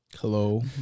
Hello